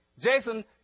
Jason